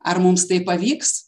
ar mums tai pavyks